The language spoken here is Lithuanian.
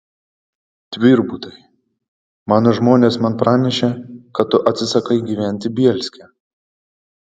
tvirbutai mano žmonės man pranešė kad tu atsisakai gyventi bielske